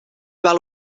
val